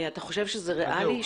אתה חושב שזה ריאלי?